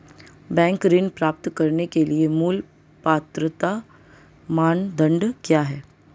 Bank ऋण प्राप्त करने के लिए मूल पात्रता मानदंड क्या हैं?